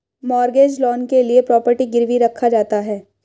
mortgage loan के लिए property गिरवी रखा जाता है